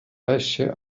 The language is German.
wäsche